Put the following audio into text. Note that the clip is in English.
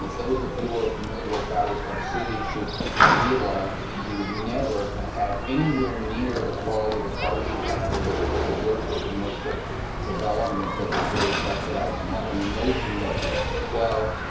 those of you are familiar with battery park city should realize that you would never have anywhere near the quality of the parts. you have there. if it weren't for commercial development that was really subsidizing that. and the notion that well,